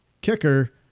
Kicker